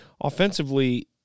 Offensively